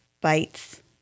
bites